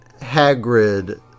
Hagrid